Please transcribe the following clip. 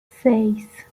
seis